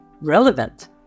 relevant